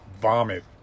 vomit